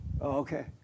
Okay